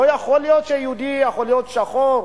לא יכול להיות שיהודי יכול להיות שחור,